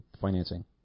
financing